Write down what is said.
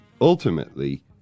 ultimately